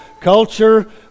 culture